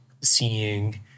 seeing